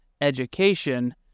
education